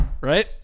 right